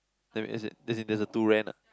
that mean as in as in there's a to rent ah